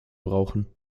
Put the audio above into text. brauchen